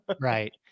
Right